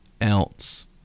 else